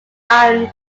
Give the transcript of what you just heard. iron